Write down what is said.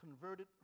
converted